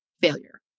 failure